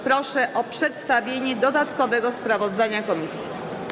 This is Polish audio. Proszę o przedstawienie dodatkowego sprawozdania komisji.